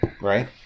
right